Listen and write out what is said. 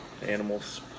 animals